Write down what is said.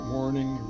Morning